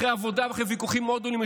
אחרי עבודה ואחרי ויכוחים מאוד גדולים,